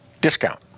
discount